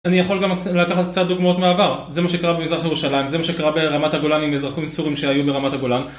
אני יכול גם לקחת קצת דוגמאות מעבר, זה מה שקרה במזרח ירושלים, זה מה שקרה ברמת הגולן עם אזרחים סורים שהיו ברמת הגולן